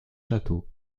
châteaux